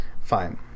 fine